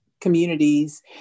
communities